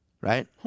Right